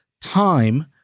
time